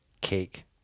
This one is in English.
cake